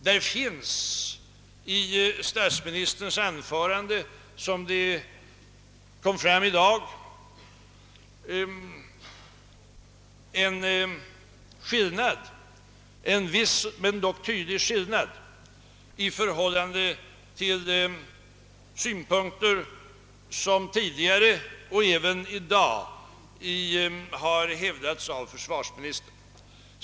Det fanns i statsministerns anförande här en viss, tydlig skillnad i förhållande till de synpunkter som tidigare och även i dag har hävdats av försvarsministern.